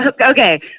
okay